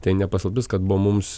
tai ne paslaptis kad buvo mums